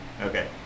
Okay